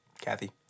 Kathy